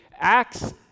Acts